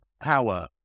power